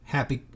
Happy